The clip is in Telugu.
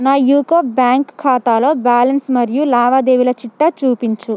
నా యూకో బ్యాంక్ ఖాతాలో బ్యాలన్స్ మరియు లావాదేవీల చిట్టా చూపించు